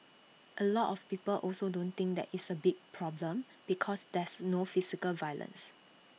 A lot of people also don't think that it's A big problem because there's no physical violence